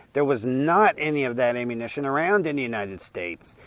there was not any of that ammunition around in the united states.